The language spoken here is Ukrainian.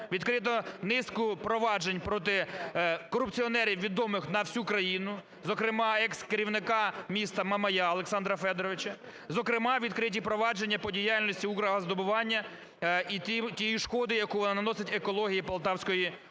відкрито низку проваджень проти корупціонерів відомих на всю країну, зокрема екс-керівника міста Мамая Олександра Федоровича; зокрема, відкриті провадження по діяльності "Укргазвидобування" і тієї шкоди, яку вона наносить екології Полтавської області.